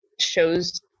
shows